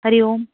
Hari Om